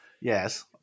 Yes